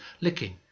licking